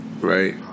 Right